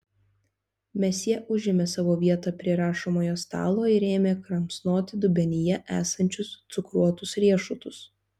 mesjė užėmė savo vietą prie rašomojo stalo ir ėmė kramsnoti dubenyje esančius cukruotus riešutus